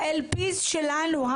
ה- -- שלנו,